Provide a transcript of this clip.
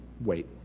Wait